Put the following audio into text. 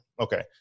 Okay